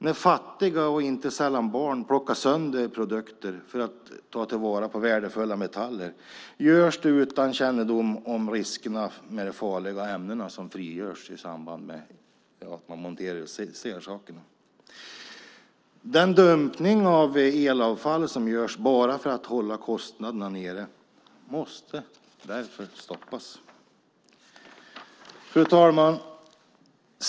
När fattiga människor, inte sällan barn, plockar sönder produkter för att ta till vara på värdefulla metaller görs det utan kännedom om riskerna med de farliga ämnen som frigörs i samband med att man monterar isär saker. Den dumpning av elavfall som görs bara för att hålla kostnaderna nere måste därför stoppas. Fru talman!